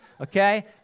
okay